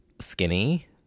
skinny